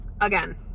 again